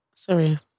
Sorry